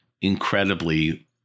incredibly